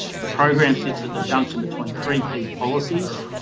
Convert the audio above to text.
the program sits at the junction between three key policies,